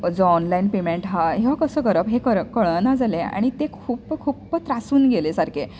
जो online payment हा तो कसो करप हें करप कळना जालें आनी ते खूप खूप त्रासून गेले सारके